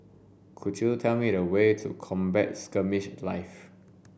could you tell me the way to Combat Skirmish Live